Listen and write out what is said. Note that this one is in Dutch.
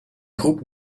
groep